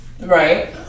Right